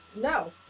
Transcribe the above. no